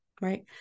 right